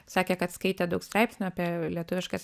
sakė kad skaitė daug straipsnių apie lietuviškas